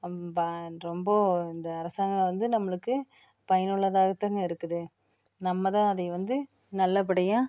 ரொம்ப இந்த அரசாங்கம் வந்து நம்மளுக்கு பயனுள்ளதாக தாங்க இருக்குது நம்ம தான் அதை வந்து நல்ல படியாக